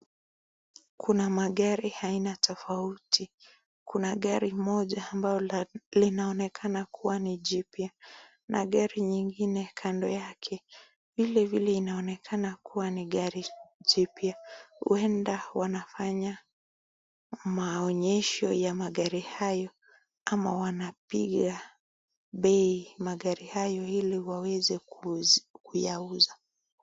Kuna magari aina tofauti kuna gari moja ambalo linaonekana kua ni gari jipya na gari lengine kando yake vile vile linaonekana kua jipya huenda wanafanya maonesho ya magari hayo au wanapiga bei magari hayo ili waeze kuyauza